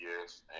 yes